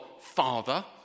Father